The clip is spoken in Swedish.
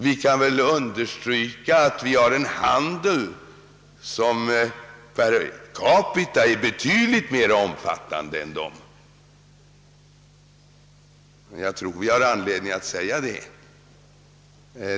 Vi kan väl understryka att vi har en handel som per capita är betydligt mer omfattande än deras. Jag tror vi har anledning att säga detta.